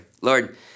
Lord